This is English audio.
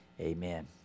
Amen